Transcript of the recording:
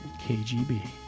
KGB